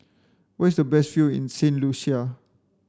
where is the best view in Saint Lucia